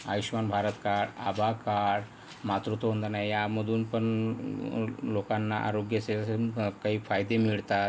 Ayushman Bharat card आभा card मातृत्व नोंदणी यामधून पण लोकांना आरोग्यसेवेचे काही फायदे मिळतात